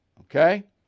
okay